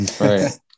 Right